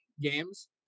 games